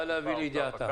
נא להביא לידיעתם.